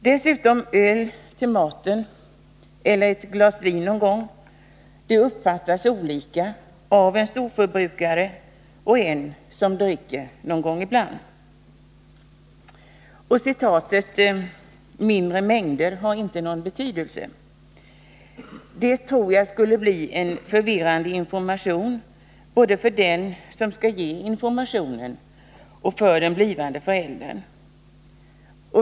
Dessutom uppfattas ”öl till maten eller ett glas vin någon gång” olika av en storförbrukare och en som dricker någon gång ibland. ”Mindre mängder alkohol ——— har inte någon betydelse” tror jag skulle bli en förvirrande information både för den som skall ge informationen och för den blivande föräldern.